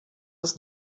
das